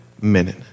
minute